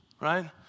right